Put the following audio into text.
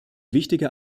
wichtiger